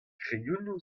kreionoù